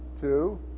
two